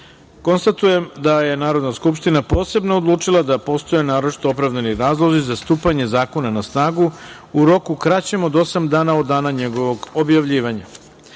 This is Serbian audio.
poslanika. Konstatujem da je Narodna skupština posebno odlučila da postoje naročito opravdani razlozi za stupanje zakona na snagu u roku kraćem od osam dana od dana njegovog objavljivanja. Pristupamo